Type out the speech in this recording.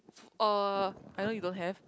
uh I know you don't have